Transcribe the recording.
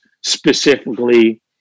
specifically